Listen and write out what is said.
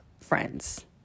friends